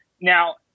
Now